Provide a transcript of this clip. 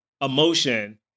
emotion